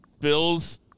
Bill's